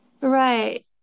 Right